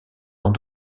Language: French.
ans